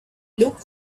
looked